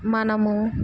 మనము